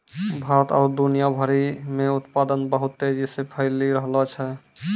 भारत आरु दुनिया भरि मे उत्पादन बहुत तेजी से फैली रैहलो छै